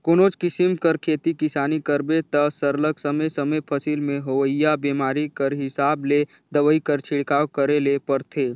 कोनोच किसिम कर खेती किसानी करबे ता सरलग समे समे फसिल में होवइया बेमारी कर हिसाब ले दवई कर छिड़काव करे ले परथे